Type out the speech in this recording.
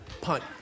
Punt